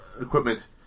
equipment